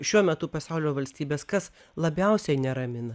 šiuo metu pasaulio valstybes kas labiausiai neramina